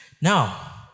Now